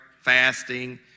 fasting